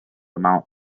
amount